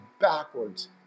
backwards